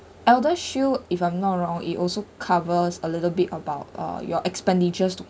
ElderShield if I'm not wrong it also covers a little bit about uh your expenditures to